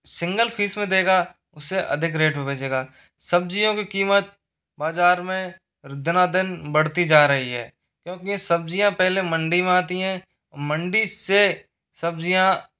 single fees में देगा उससे अधिक रेट पे बेचेगा सब्जियों की कीमत बाजार में दनादन बढ़ती जा रही है क्योंकि सब्जियाँ पहले मंडी में आती हैं मंडी से सब्जियाँ